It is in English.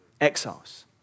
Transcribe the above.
exiles